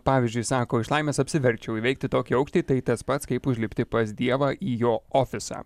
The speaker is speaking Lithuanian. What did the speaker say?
pavyzdžiui sako iš laimės apsiverkčiau įveikti tokį aukštį tai tas pats kaip užlipti pas dievą į jo ofisą